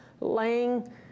laying